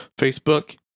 Facebook